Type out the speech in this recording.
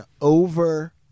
over